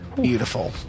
Beautiful